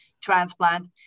transplant